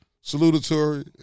Salutatory